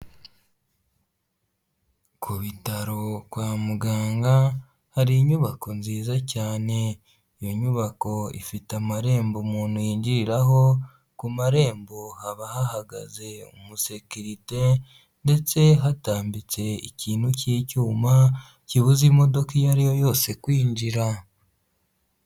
Ku bitaro kwa muganga, hari inyubako nziza cyane, iyo nyubako ifite amarembo umuntu yinjiriraho, ku marembo haba hahagaze umusekirite ndetse hatambitse ikintu cy'icyuma, kibuza imodoka iyo ari yo yose kwinjira.